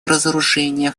разоружения